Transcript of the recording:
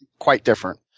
quite different.